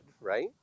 right